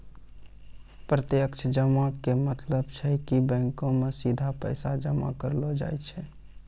प्रत्यक्ष जमा के मतलब छै कि बैंको मे सीधा पैसा जमा करलो जाय छै